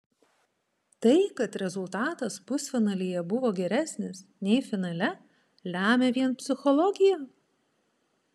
tai kad rezultatas pusfinalyje buvo geresnis nei finale lemia vien psichologija